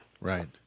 Right